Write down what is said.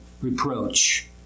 reproach